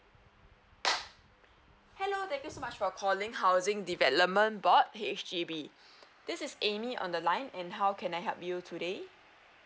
hello thank you so much for calling housing development board H_D_B this is amy on the line and how can I help you today